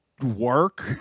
work